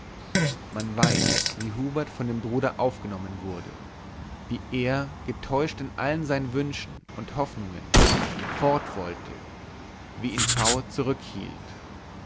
man weiß wie hubert von dem bruder aufgenommen wurde wie er getäuscht in allen seinen wünschen und hoffnungen fort wollte wie ihn